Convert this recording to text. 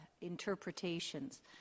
interpretations